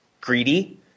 greedy